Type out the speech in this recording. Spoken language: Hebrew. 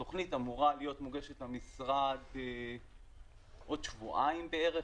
התוכנית אמורה להיות מוגשת למשרד עוד שבועיים בערך,